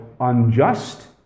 unjust